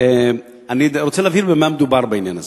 אני רוצה להבהיר במה מדובר בעניין הזה.